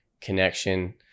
connection